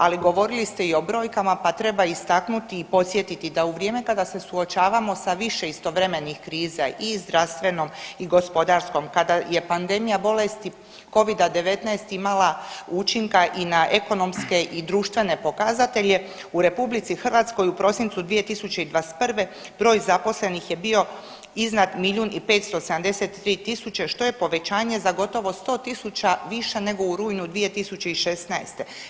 Ali, govorili ste i o brojkama, pa treba istaknuti i podsjetiti da u vrijeme kada se suočavamo sa više istovremenih kriza i zdravstvenom i gospodarskom, kada je pandemija bolesti Covida-19 imala učinka i na ekonomske i društvene pokazatelje, u RH u prosincu 2021. broj zaposlenih je bio iznad 1 573 000, što je povećanje za gotovo 100 000 više nego u rujnu 2016.